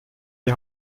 die